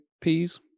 peas